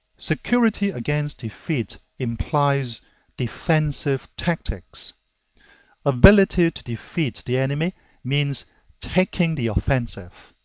security against defeat implies defensive tactics ability to defeat the enemy means taking the offensive.